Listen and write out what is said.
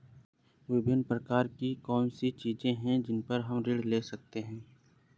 विभिन्न प्रकार की कौन सी चीजें हैं जिन पर हम ऋण ले सकते हैं?